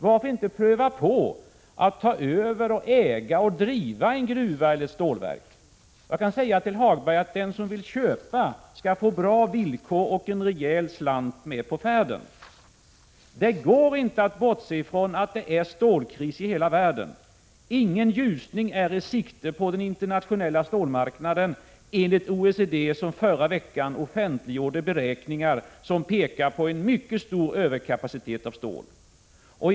Varför inte pröva på att ta över, äga och driva en gruva eller ett stålverk? Jag kan säga till Lars-Ove Hagberg att den som vill köpa skall få bra villkor och en rejäl slant med på färden. Det går inte att bortse från att det är stålkris i hela världen. Ingen ljusning är i sikte på den internationella stålmarknaden enligt OECD, som förra veckan offentliggjorde beräkningar som pekar på en mycket stor överkapacitet när det gäller stål.